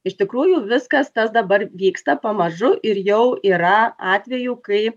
iš tikrųjų viskas tas dabar vyksta pamažu ir jau yra atvejų kai